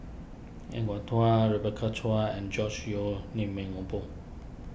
Er Kwong Rebecca Chua and George Yeo Ming O Boon